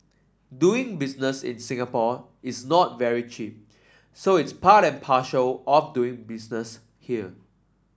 doing business in Singapore is not very cheap so it's part and parcel of doing business here